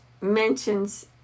mentions